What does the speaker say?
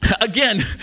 Again